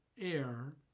air